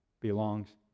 belongs